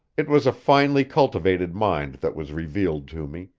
it was a finely-cultivated mind that was revealed to me,